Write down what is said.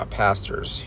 pastors